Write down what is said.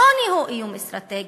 עוני הוא איום אסטרטגי.